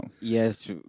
Yes